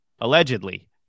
allegedly